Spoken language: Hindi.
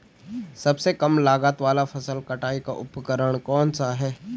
सबसे कम लागत वाला फसल कटाई का उपकरण कौन सा है?